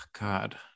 God